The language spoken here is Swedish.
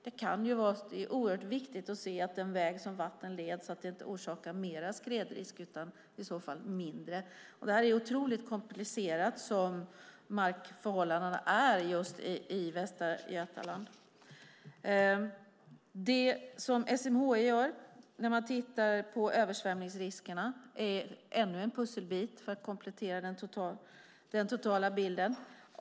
Det är oerhört viktigt att se att den väg som vatten leds inte orsakar mer skredrisk utan mindre. Detta är otroligt komplicerat med tanke på hur markförhållandena är just i västra Götaland. Det som SMHI gör när man tittar på översvämningsriskerna är ännu en pusselbit för att komplettera den totala bilden.